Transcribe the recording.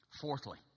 Fourthly